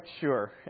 sure